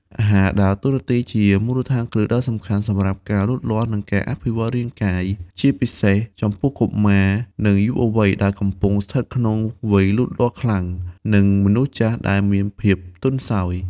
អាហារដើរតួនាទីជាមូលដ្ឋានគ្រឹះដ៏សំខាន់សម្រាប់ការលូតលាស់ និងការអភិវឌ្ឍរាងកាយ ជាពិសេសចំពោះ កុមារ និងយុវវ័យ ដែលកំពុងស្ថិតក្នុងវ័យលូតលាស់ខ្លាំងនិងមនុស្សចាស់ដែលមានភាពទន់ខ្សោយ។